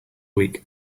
week